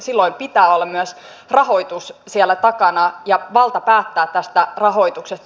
silloin pitää olla myös rahoitus siellä takana ja valta päättää tästä rahoituksesta